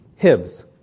Hibs